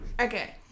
Okay